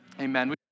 amen